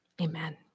Amen